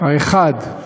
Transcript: האחד,